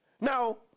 Now